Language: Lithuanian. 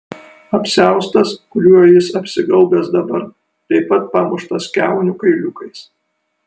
apsiaustas kuriuo jis apsigaubęs dabar taip pat pamuštas kiaunių kailiukais